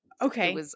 Okay